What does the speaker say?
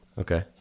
okay